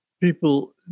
People